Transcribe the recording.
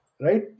right